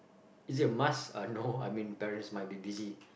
is it a must uh no I mean parents might be busy